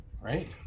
right